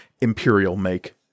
Imperial-make